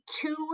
two